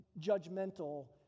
judgmental